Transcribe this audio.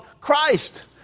Christ